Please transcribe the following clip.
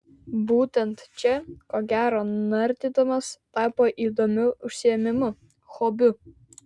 būtent čia ko gero nardymas tapo įdomiu užsiėmimu hobiu